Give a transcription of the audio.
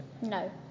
No